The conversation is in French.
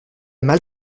mal